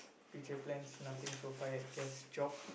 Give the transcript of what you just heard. future plans nothing so far yet just job